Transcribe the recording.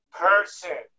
person